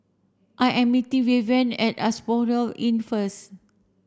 I am meeting Vivien at Asphodel Inn first